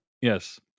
yes